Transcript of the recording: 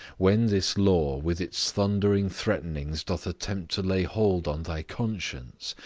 when this law with its thundering threatenings doth attempt to lay hold on thy conscience,